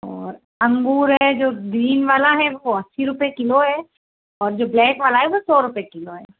और अंगूर है जो ग्रीन वाला है वो अस्सी रुपये किलो है और जो ब्लैक वाला है वो सौ रुपये किलो है